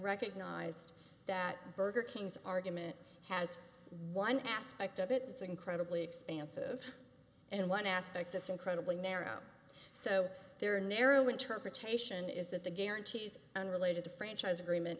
recognized that burger king's argument has one aspect of it it's incredibly expansive and one aspect that's incredibly narrow so there are narrow interpretation is that the guarantees unrelated to franchise agreement